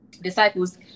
disciples